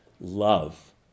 love